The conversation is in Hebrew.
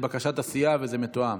זה לבקשת הסיעה וזה מתואם,